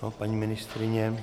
Paní ministryně?